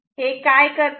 हे काय करते